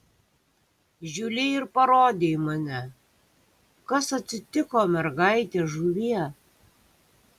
žiuli ir parodė į mane kas atsitiko mergaite žuvie